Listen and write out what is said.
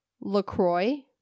LaCroix